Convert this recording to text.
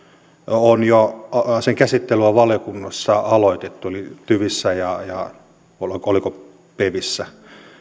on jo aloitettu valiokunnassa eli tyvissä ja oliko pevissä